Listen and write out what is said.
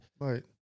Right